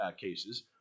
cases